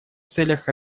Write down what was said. целях